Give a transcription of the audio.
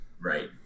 Right